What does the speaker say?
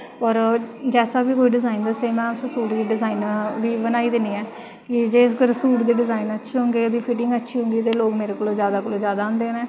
और जैसा बी कोई डिजाईन दस्सै में डिजाईन बनाई दिन्नी ऐं कि जादातर सूट दे डिजाइन अच्छे होंदे फिट्टिंग अच्छी होंदी ते लोग मेरे कोला दा जादा कोला दा जादा आंदे